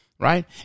Right